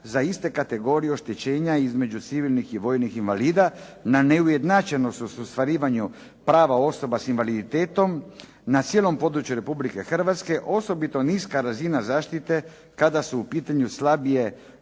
za iste kategorije oštećenja između civilnih i vojnih invalida, na neujednačenost u ostvarivanju prava osoba s invaliditetom na cijelom području Republike Hrvatske, osobito niska razina zaštite kada su u pitanju slabije